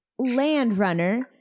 Landrunner